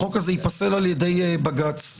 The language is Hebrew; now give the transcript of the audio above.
החוק הזה ייפסל על ידי בג"ץ.